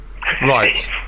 right